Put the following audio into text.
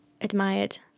admired